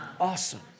Awesome